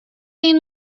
این